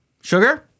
sugar